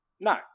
No